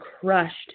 crushed